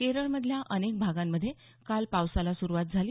केरळमधल्या अनेक भागांमध्ये काल पावसाला सुरुवात झाली